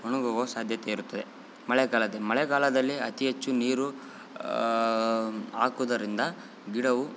ಒಣಗುವ ಸಾಧ್ಯತೆ ಇರುತ್ತದೆ ಮಳೆಗಾಲದ ಮಳೆಗಾಲದಲ್ಲಿ ಅತೀ ಹೆಚ್ಚು ನೀರು ಹಾಕೋದರಿಂದ ಗಿಡವು